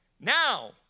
Now